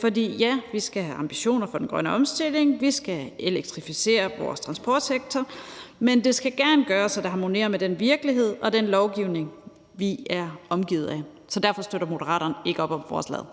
For ja, vi skal have ambitioner for den grønne omstilling, og vi skal elektrificere vores transportsektor, men det skal gerne gøres sådan, at det harmonerer med den virkelighed og den lovgivning, vi er omgivet af. Så derfor støtter Moderaterne ikke op om forslaget.